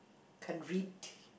can't read